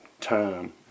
time